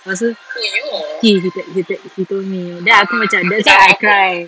lepas tu he he te~ he te~ he told me then aku macam that's why I cried